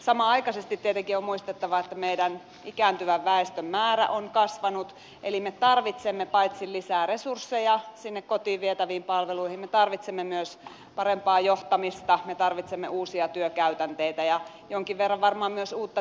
samanaikaisesti tietenkin on muistettava että meidän ikääntyvän väestön määrä on kasvanut eli me tarvitsemme paitsi lisää resursseja sinne kotiin vietäviin palveluihin me tarvitsemme myös parempaa johtamista me tarvitsemme uusia työkäytänteitä ja jonkin verran varmaan myös uutta teknologiaa